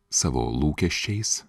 savo lūkesčiais